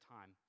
time